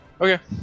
Okay